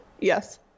Yes